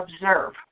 observe